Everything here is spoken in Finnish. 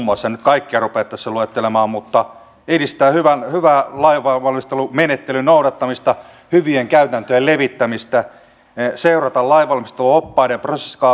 ja hyvin on puhuttu mutta ei ole puhuttu siitä missä ne rahat ovat siihen kun puhutaan hyvin